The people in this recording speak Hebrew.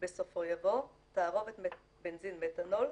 בסופו יבוא: ""תערובת בנזין מתנול"